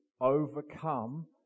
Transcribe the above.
overcome